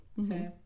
Okay